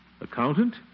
Accountant